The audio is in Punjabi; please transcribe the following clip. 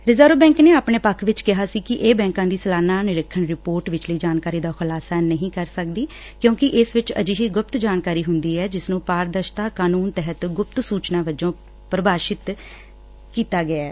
ਰਿਜ਼ਰਵ ਬੈਂਕ ਨੇ ਆਪਣੇ ਪੱਖ ਵਿਚ ਕਿਹਾ ਸੀ ਕਿ ਇਹ ਬੈਂਕਾਂ ਦੀ ਸਾਲਾਨਾ ਨਿਰੀਖਣ ਰਿਪੋਰਟ ਵਿਚਲੀ ਜਾਣਕਾਰੀ ਦਾ ਖੁਲਾਸਾ ਨਹੀ ਕਰ ਸਕਦੀ ਕਿਊਕਿ ਇਸ ਵਿਚ ਅਜਿਹੀ ਗੁਪਤ ਜਾਣਕਾਰੀ ਹੂੰਦੀ ਐ ਜਿਸ ਨੂੰ ਪਾਰਦਸ਼ਤਾ ਕਾਨੂੰਨ ਤਹਿਤ ਗੁਪਤ ਸੁਚਨਾ ਵਜੋਂ ਪੁਭਾਵਿਤ ਕੀਤਾ ਗਿਐ